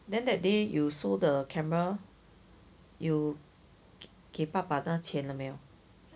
then that day you sold the camera you 给爸爸那钱了没有